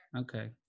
Okay